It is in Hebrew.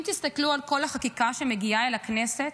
אם תסתכלו על כל החקיקה שמגיעה אל הכנסת,